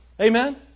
Amen